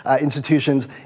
institutions